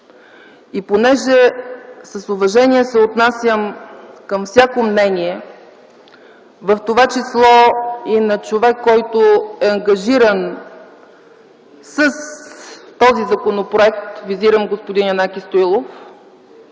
се отнасям с уважение към всяко мнение, в това число и на човек, който е ангажиран с този законопроект, визирам господин Янаки Стоилов,